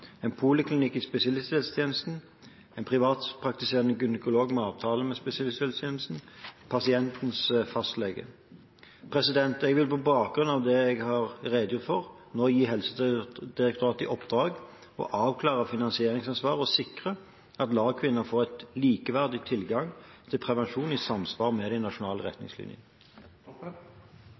en poliklinikk i spesialisthelsetjenesten, en privatpraktiserende gynekolog med avtale med spesialisthelsetjenesten eller pasientens fastlege. Jeg vil på bakgrunn av det jeg har redegjort for, nå gi Helsedirektoratet i oppdrag å avklare finansieringsansvaret og sikre at LAR-kvinnene får en likeverdig tilgang til prevensjon i samsvar med den nasjonale